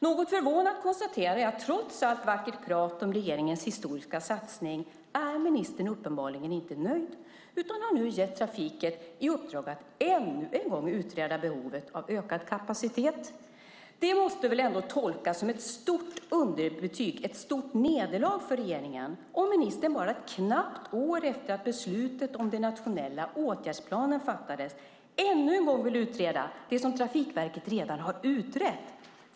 Något förvånat konstaterar jag att ministern, trots allt vackert prat om regeringens historiska satsning, uppenbarligen inte är nöjd utan nu har gett Trafikverket i uppdrag att ännu en gång utreda behovet av ökad kapacitet. Det måste väl ändå tolkas som ett stort underbetyg, ett stort nederlag, för regeringen om ministern bara ett knappt år efter att beslutet om den nationella åtgärdsplanen fattades ännu en gång vill utreda det som Trafikverket redan har utrett.